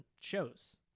shows